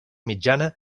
mitjana